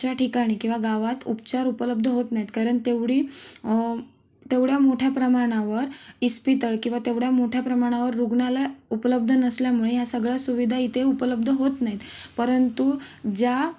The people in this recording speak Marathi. च्या ठिकाणी किंवा गावात उपचार उपलब्ध होत नाहीत कारण तेवढी तेवढ्या मोठ्या प्रमाणावर इस्पितळ किंवा तेवढ्या मोठ्या प्रमाणावर रुग्णालय उपलब्ध नसल्यामुळे ह्या सगळ्या सुविधा इथे उपलब्ध होत नाहीत परंतु ज्या